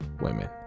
women